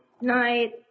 Night